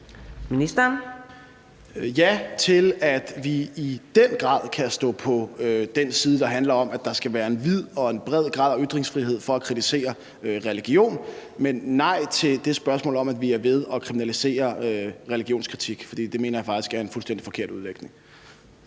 ja til, at vi i den grad kan stå på den side, der handler om, at der skal være en vid og en bred grad af ytringsfrihed for at kritisere religion. Men jeg vil sige nej til spørgsmålet om, at vi er ved at kriminalisere religionskritik. For det mener jeg faktisk er en fuldstændig forkert udlægning.